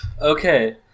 Okay